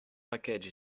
package